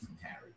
Harry